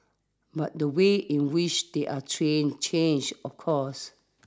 but the way in which they're trained change of course